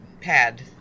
pad